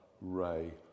Ray